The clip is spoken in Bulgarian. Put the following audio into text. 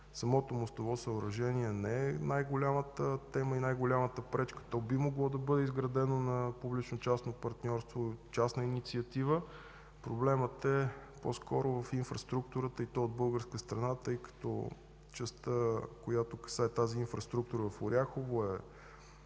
самото мостово съоръжение не е най-голямата тема и най-голямата пречка. То би могло да бъде изградено на публично-частно партньорство, частна инициатива. Проблемът е по-скоро в инфраструктурата и то от българска страна, тъй като частта, която касае тази инфраструктура в Оряхово, е